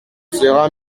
sera